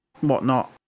whatnot